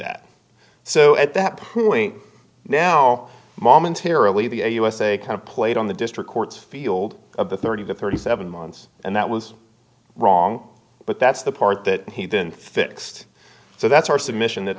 that so at that point now momentarily the usa kind of played on the district courts field of the thirty to thirty seven months and that was wrong but that's the part that he didn't fix so that's our submission that